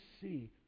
see